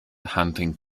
hunting